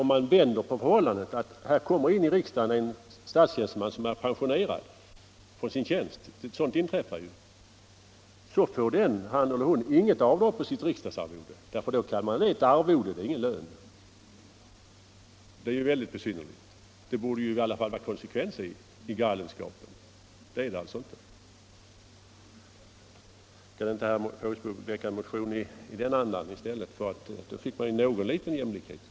Om man vänder på förhållandet och en statstjänsteman som är pensionerad från sin tjänst kommer in i riksdagen, sådant inträffar ju, får denne inget avdrag på sitt riksdagsarvode — därför att det är ett arvode och ingen lön. Det är mycket besynnerligt! Det borde i varje fall vara konsekvens i galenskapen. Det är det alltså inte. Kan inte herr Fågelsbo väcka en motion med det syftet i stället? Då finge man någon liten jämlikhet.